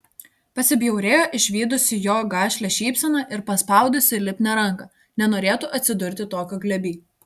pasibjaurėjo išvydusi jo gašlią šypseną ir paspaudusi lipnią ranką nenorėtų atsidurti tokio glėby